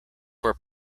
were